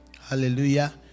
Hallelujah